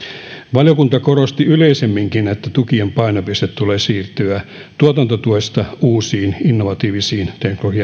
valiokunta korosti yleisemminkin että tukien painopisteen tulee siirtyä tuotantotuesta uusiin innovatiivisiin teknologian